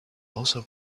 also